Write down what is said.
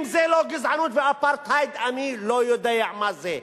אם זה לא גזענות ואפרטהייד, אני לא יודע מה זה.